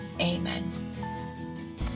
Amen